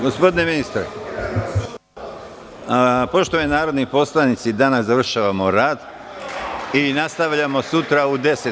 Gospodine ministre, poštovani narodni poslanici, danas završavamo rad i nastavljamo sutra u 10,